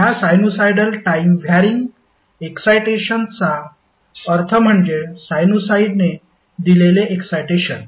ह्या sinusoidal time varying excitation चा अर्थ म्हणजे साइनुसॉईडने दिलेले एक्साईटेशन